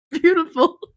beautiful